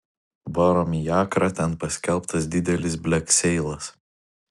varom į akrą ten paskelbtas didelis blekseilas